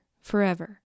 forever